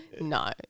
no